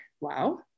wow